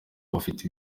bafite